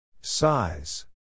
Size